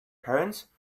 parents